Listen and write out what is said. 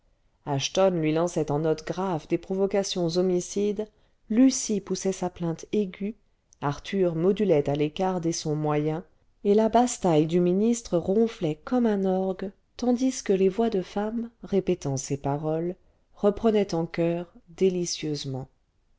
ashton lui lançait en notes graves des provocations homicides lucie poussait sa plainte aiguë arthur modulait à l'écart des sons moyens et la basse-taille du ministre ronflait comme un orgue tandis que les voix de femmes répétant ses paroles reprenaient en choeur délicieusement